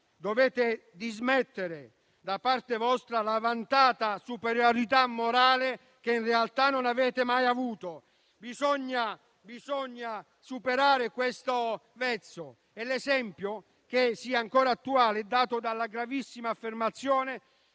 dovete dismettere la vantata superiorità morale, che in realtà non avete mai avuto. Bisogna superare questo vezzo e l'esempio che sia ancora attuale è dato dalla gravissima affermazione